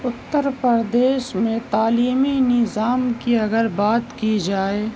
اتر پردیش میں تعلیمی نظام کی اگر بات کی جائے